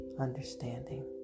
understanding